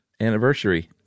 anniversary